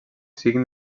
siguin